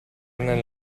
nel